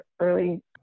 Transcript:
early